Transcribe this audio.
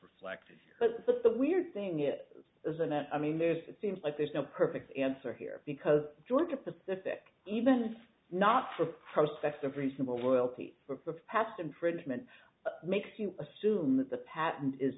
reflected but the weird thing is isn't that i mean this it seems like there's no perfect answer here because georgia pacific even not for prospects of reasonable loyalty for the past infringement makes you assume that the patent is